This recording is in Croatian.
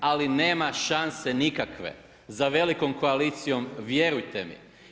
Ali nema šanse nikakve za velikom koalicijom vjerujte mi.